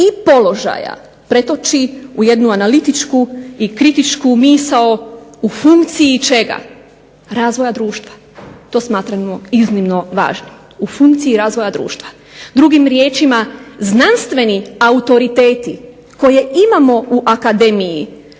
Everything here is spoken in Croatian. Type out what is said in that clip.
i položaja pretoči u jednu analitičku i kritičku misao u funkciji čega, razvoja društva. To smatramo iznimno važnim. U funkciji razvoja društva. Drugim riječima, znanstveni autoriteti koje imamo u akademiji